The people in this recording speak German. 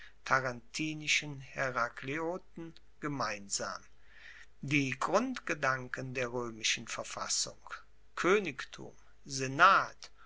tarentinischen herakleoten gemeinsam die grundgedanken der roemischen verfassung koenigtum senat